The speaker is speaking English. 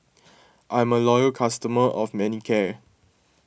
I'm a loyal customer of Manicare